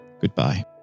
goodbye